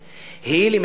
בקמפ-דייוויד.